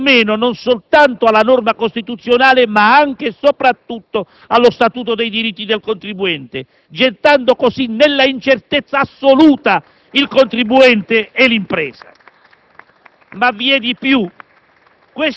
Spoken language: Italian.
Tanti di noi hanno partecipato all'elaborazione e approvazione dello Statuto dei diritti del contribuente. Si disse che quella dovesse essere una norma cosiddetta rafforzata, a metà tra la norma ordinaria e la norma costituzionale.